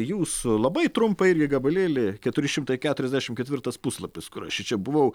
jūsų labai trumpą irgi gabalėlį keturi šimtai keturiasdešimt ketvirtas puslapis kur aš jį čia buvau